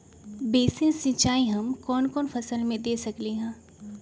Basin सिंचाई हम कौन कौन फसल में दे सकली हां?